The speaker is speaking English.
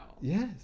Yes